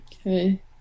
Okay